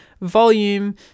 volume